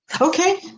Okay